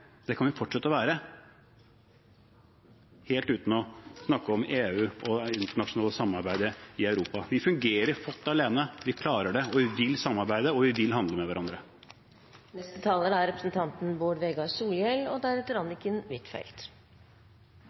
Det kan vi fortsette å være, helt uten å snakke om EU og det internasjonale samarbeidet i Europa. Vi fungerer flott alene, vi klarer det, vi vil samarbeide, og vi vil handle med hverandre.